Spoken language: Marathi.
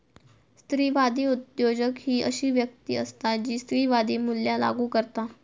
स्त्रीवादी उद्योजक ही अशी व्यक्ती असता जी स्त्रीवादी मूल्या लागू करता